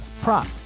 prop